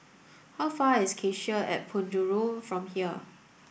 how far is Cassia at Penjuru from here